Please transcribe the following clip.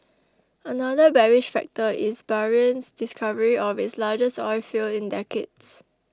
another bearish factor is Bahrain's discovery of its largest oilfield in decades